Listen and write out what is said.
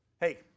Hey